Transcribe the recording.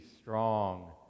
strong